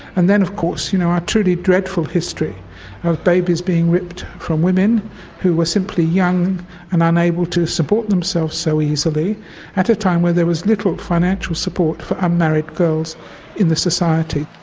and then, of course, you know our truly dreadful history of babies being ripped from women who were simply young and unable to support themselves so easily at a time where there was little financial support for unmarried girls in the society.